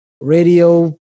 Radio